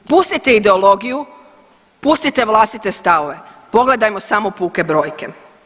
Pustite ideologiju, pustite vlastite stavove, pogledajmo samo puke brojke.